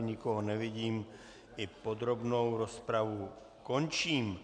Nikoho nevidím, i podrobnou rozpravu končím.